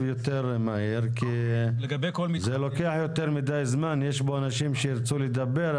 יותר מהיר כי זה לוקח יותר מדי זמן ויש פה אנשים שירצו לדבר.